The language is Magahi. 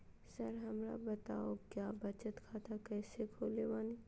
सर हमरा बताओ क्या बचत खाता कैसे खोले बानी?